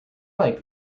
like